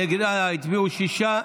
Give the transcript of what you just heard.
נגד הצביעו שישה,